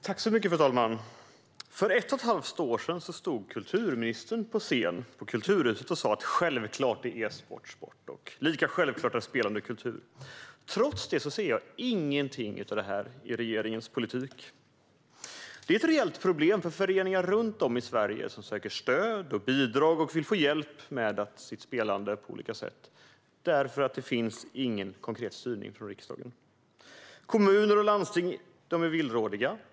Fru talman! För ett och ett halvt år sedan stod kulturministern på Kulturhusets scen och sa att e-sport självfallet är sport, och lika självklart var det att spelande är kultur. Trots detta ser jag ingenting sådant i regeringens politik. Detta är ett reellt problem för föreningar runt om i Sverige som söker stöd och bidrag och vill få hjälp med sitt spelande på olika sätt, för det finns ingen konkret styrning från riksdagen. Kommuner och landsting är villrådiga.